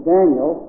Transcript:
Daniel